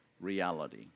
reality